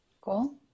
Cool